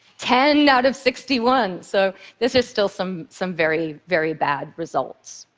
ten out of sixty one. so this is still some some very very bad results.